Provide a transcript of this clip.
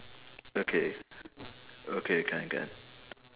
okay okay can can